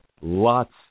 lots